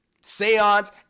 seance